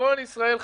כל ישראל חברים.